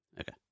Okay